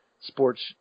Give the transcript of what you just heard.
sports